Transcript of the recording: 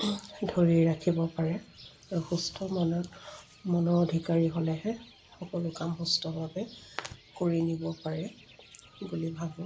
ধৰি ৰাখিব পাৰে আৰু সুস্থ মনৰ মনৰ অধিকাৰী হ'লেহে সকলো কাম সুস্থভাৱে কৰি নিব পাৰে বুলি ভাবো